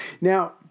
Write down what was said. Now